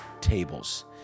tables